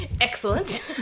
Excellent